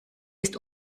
ist